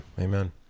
Amen